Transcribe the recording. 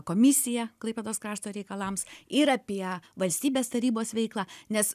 komisiją klaipėdos krašto reikalams ir apie valstybės tarybos veiklą nes